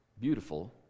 beautiful